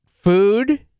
food